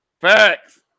Facts